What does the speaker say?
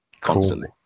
constantly